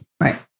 Right